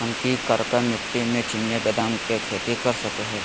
हम की करका मिट्टी में चिनिया बेदाम के खेती कर सको है?